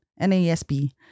NASB